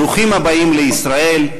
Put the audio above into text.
ברוכים הבאים לישראל,